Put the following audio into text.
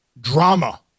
drama